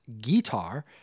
Guitar